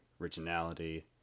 originality